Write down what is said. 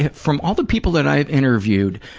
from all the people that i have interviewed,